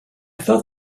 thought